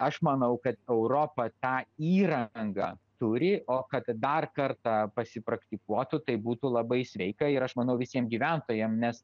aš manau kad europa tą įrangą turi o kad dar kartą pasipraktikuotų tai būtų labai sveika ir aš manau visiem gyventojam nes